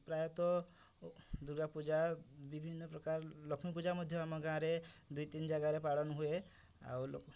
ପ୍ରାୟତଃ ଦୂର୍ଗାପୂଜା ବିଭିନ୍ନ ପ୍ରକାର ଲକ୍ଷ୍ମୀପୂଜା ମଧ୍ୟ ଆମ ଗାଁ'ରେ ଦୁଇ ତିନ ଜାଗାରେ ପାଳନ ହୁଏ ଆଉ